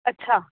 ਅੱਛਾ